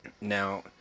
Now